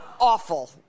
awful